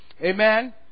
Amen